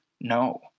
No